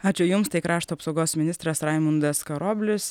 ačiū jums tai krašto apsaugos ministras raimundas karoblis